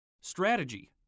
Strategy